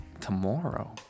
tomorrow